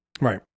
Right